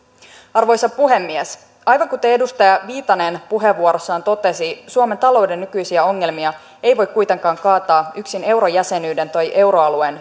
arvoisa puhemies aivan kuten edustaja viitanen puheenvuorossaan totesi suomen talouden nykyisiä ongelmia ei voi kuitenkaan kaataa yksin eurojäsenyyden tai euroalueen